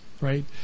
right